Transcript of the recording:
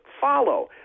follow